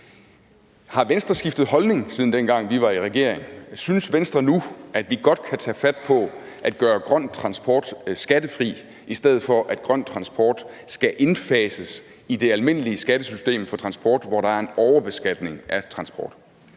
Har Venstre skiftet holdning, siden dengang vi var i regering? Synes Venstre nu, at vi godt kan tage fat på at gøre grøn transport skattefri, i stedet for at grøn transport skal indfases i det almindelige skattesystem for transport, hvor der er en overbeskatning af transport?